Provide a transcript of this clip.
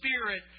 spirit